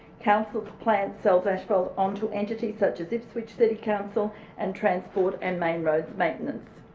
council's plants sell asphalt onto entities such as ipswich city council and transport and main roads maintenance.